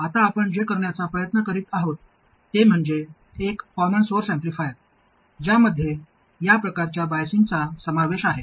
आता आपण जे करण्याचा प्रयत्न करीत आहोत ते म्हणजे एक कॉमन सोर्स ऍम्प्लिफायर ज्यामध्ये या प्रकारच्या बाईसिंगचा समावेश आहे